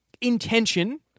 intention